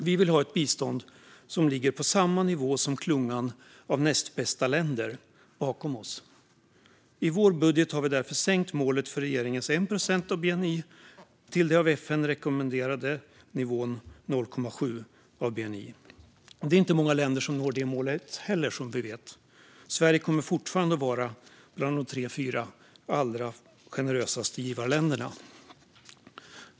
Vi vill ha ett bistånd som ligger på samma nivå som klungan av näst-bäst-länder bakom oss. I vår budget har vi därför sänkt målet från regeringens 1 procent av bni till den av FN rekommenderade nivån 0,7 procent av bni. Det är inte många länder som når det målet heller, som vi vet - Sverige skulle fortfarande vara bland de tre eller fyra allra mest generösa givarländerna.